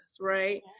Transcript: right